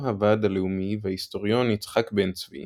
הוועד הלאומי וההיסטוריון יצחק בן-צבי